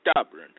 stubborn